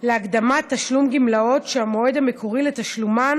להקדמת תשלום גמלאות שהמועד המקורי לתשלומן